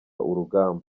urugamba